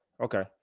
okay